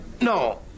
no